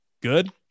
good